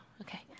Okay